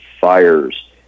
fires